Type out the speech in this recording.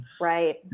right